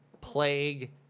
plague